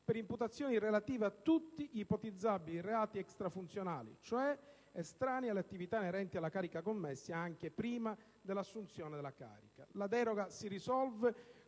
per imputazioni relative a tutti gli ipotizzabili reati extrafunzionali, cioè estranei alle attività inerenti alla carica ricoperta, commessi anche prima dell'assunzione della carica. La deroga si risolve